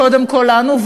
קודם כול לנו,